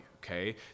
okay